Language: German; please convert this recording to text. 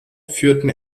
führten